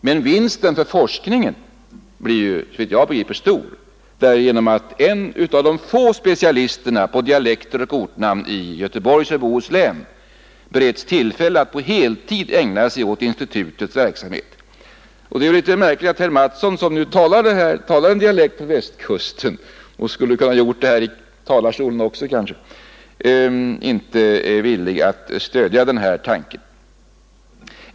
Men vinsten för forskningen blir stor, såvitt jag begriper, därigenom att en av de få specialisterna på dialekter och ortnamn i Göteborgs och Bohus län bereds tillfälle att på heltid ägna sig åt institutets verksamhet. Det är litet märkligt att herr Mattsson, som talar en dialekt från Västkusten och kanske skulle kunnat göra det också i talarstolen, inte är villig att stödja denna tanke.